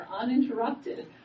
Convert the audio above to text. uninterrupted